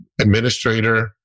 administrator